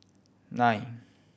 nine